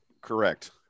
Correct